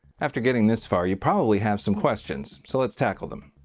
after getting this far, you probably have some questions, so let's tackle them.